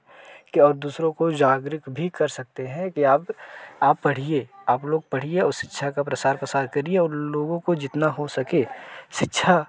कि और दूसरों को जागरूक भी कर सकते हैं कि अब आप पढ़िए आप लोग पढ़िए और शिक्षा का प्रचार प्रसार करिए और लोगों को जितना हो सके शिक्षा